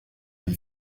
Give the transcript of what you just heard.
les